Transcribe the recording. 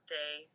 day